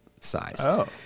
size